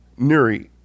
Nuri